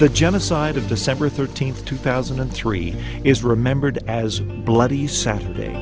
the genocide of december thirteenth two thousand and three is remembered as bloody saturday